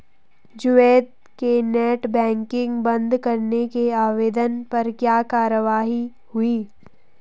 जावेद के net banking बंद करने के आवेदन पर क्या कार्यवाही हुई?